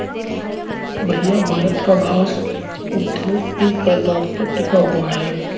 भैया भारत का खाघ उद्योग किन पदार्थ पर टिका हुआ है?